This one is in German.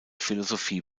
philosophie